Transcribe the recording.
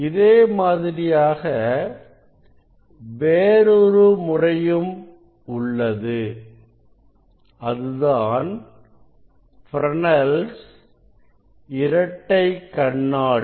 இதே மாதிரியாக வேறொரு முறையும் உள்ளது அதுதான் Fresnel's இரட்டை கண்ணாடி